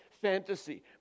fantasy